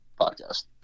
podcast